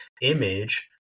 image